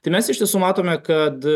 tai mes iš tiesų matome kad